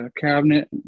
cabinet